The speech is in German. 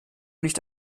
nicht